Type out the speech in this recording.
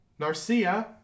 Narcia